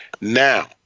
now